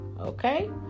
Okay